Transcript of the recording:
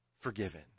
forgiven